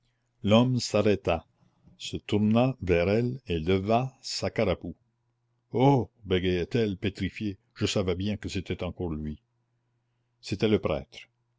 l'homme s'arrêta se tourna vers elle et leva sa carapoue oh bégaya t elle pétrifiée je savais bien que c'était encore lui c'était le prêtre